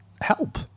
help